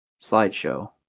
slideshow